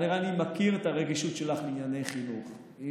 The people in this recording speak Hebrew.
הרי אני מכיר את הרגישות שלך לענייני חינוך,